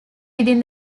within